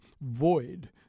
Void